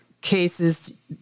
cases